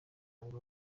ngo